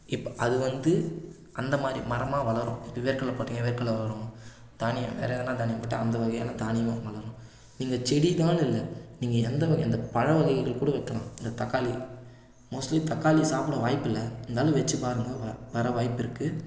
இப்போ அது வந்து அந்த மாதிரி மரமாக வளரும் இப்போ வேர்கடல போட்டிங்க வேர்கடல வளரும் தானியம் வேறே எதனா தானியம் போட்டால் அந்த வகையான தானியமும் வளரும் இல்லை செடிதான்னு இல்லை நீங்கள் எந்த வகை அந்த பழவகைகள் கூட வைக்கலாம் அந்த தக்காளி மோஸ்ட்லி தக்காளி சாப்பிட வாய்ப்பில்லை இருந்தாலும் வச்சிப்பாருங்க வ வர வாய்ப்புருக்கு